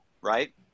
Right